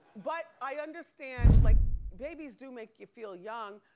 but, i understand. like babies do make you feel young.